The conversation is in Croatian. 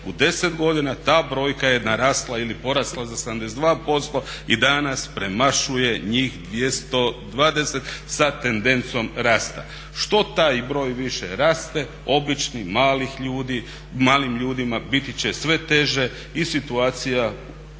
U 10 godina ta brojka je narasla ili porasla za 72% i danas premašuje njih 220 sa tendencijom rasta. Što taj broj više raste običnih, malih ljudi, malim ljudima biti će sve teže i situacija